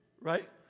Right